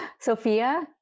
Sophia